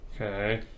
okay